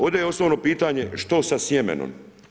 Ovdje je osnovno pitanje što sa sjemenom?